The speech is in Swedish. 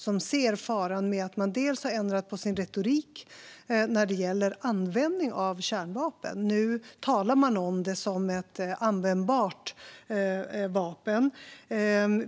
Vi ser faran med att man bland annat har ändrat sin retorik när det gäller användning av kärnvapen; nu talar man om det som ett användbart vapen.